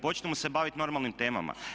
Počnimo se baviti normalnim temama.